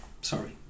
sorry